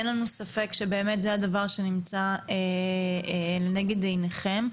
אין לנו ספק שבאמת זה הדבר שנמצא לנגד עיניכם,